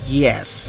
yes